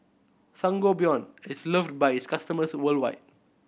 sangobion is loved by its customers worldwide